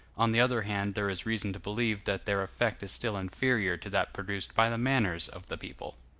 on the other hand there is reason to believe that their effect is still inferior to that produced by the manners of the people.